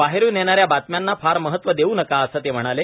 बाहेरुन येणा या बातम्यांना फार महत्व देऊ नका असं ते म्हणाले